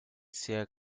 sea